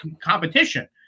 competition